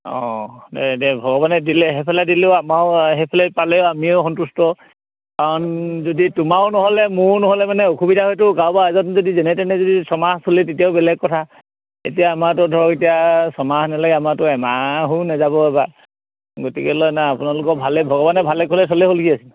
অঁ দে ভগৱানে দিলে সেইফালেই দিলেও আমাৰও সেইফালে পালেও আমিও সন্তুষ্ট কাৰণ যদি তোমাৰো নহ'লে মোৰো নহ'লে মানে অসুবিধা হয়তো কাৰোবাৰ এজন যদি যেনে তেনে যদি ছমাহ চলে তেতিয়াও বেলেগ কথা এতিয়া আমাৰতো ধৰক এতিয়া ছমাহ নালাগে আমাৰতো এমাহো নেযাব এবাৰ গতিকে লয় নাই আপোনালোকৰ ভালে ভগৱানে ভালে